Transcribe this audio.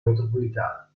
metropolitana